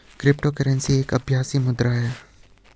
crypto currency एक आभासी मुद्रा है